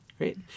Great